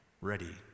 ready